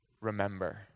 remember